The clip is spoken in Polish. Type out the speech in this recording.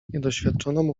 niedoświadczonemu